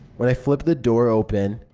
when i flipped the door open,